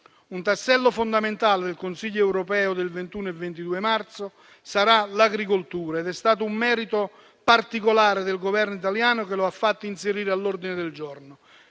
Un tassello fondamentale del Consiglio europeo del 21 e 22 marzo sarà l'agricoltura. È stato un merito particolare del Governo italiano, che lo ha fatto inserire all'ordine del giorno.